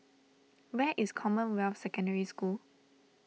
where is Commonwealth Secondary School